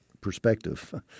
perspective